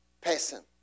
person